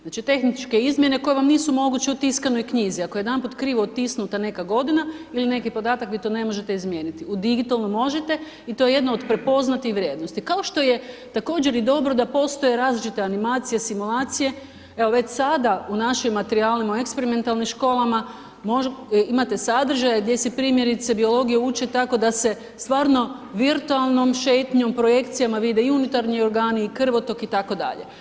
Znači tehničke izmjene koje vam nisu moguće u tiskanoj knjizi, ako je jedanput krivo utisnuta neka godina ili neki podatak vi to ne možete izmijeniti, u digitalnom možete i to je jedna od prepoznatih vrijednosti, kao što je također i dobro da postoje različite animacije, simulacije evo već sada u našim materijalima u eksperimentalnim školama imate sadržaje gdje se primjerice biologija uči tako da se stvarno virtualnom šetnjom projekcijama vide i unutarnji organi i krvotok itd.